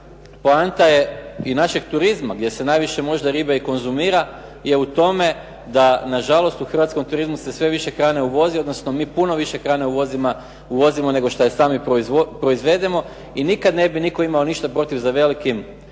poanta je i našeg turizma gdje se najviše možda riba i konzumira je u tome da nažalost u hrvatskom turizmu se sve više hrane uvozi, odnosno mi puno više hrane uvozimo nego što je sami proizvedemo i nikad ne bi nitko imao ništa protiv za velikim